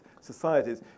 societies